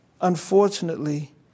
unfortunately